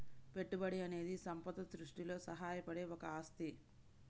పెట్టుబడి అనేది సంపద సృష్టిలో సహాయపడే ఒక ఆస్తి